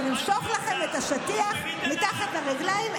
אנחנו נמשוך לכם את השטיח מתחת לרגליים.